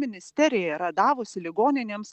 ministerija yra davusi ligoninėms